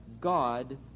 God